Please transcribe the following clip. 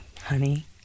honey